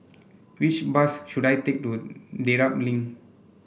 which bus should I take to Dedap Link